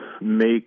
make